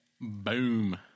Boom